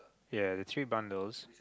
ya there are two bundles